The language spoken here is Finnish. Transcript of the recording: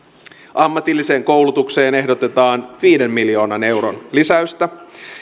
ammatilliseen koulutukseen ehdotetaan viiden miljoonan euron lisäystä